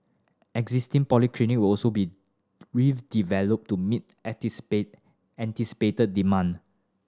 existing polyclinic will also be with developed to meet anticipated anticipated demand